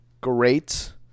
great